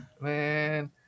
Man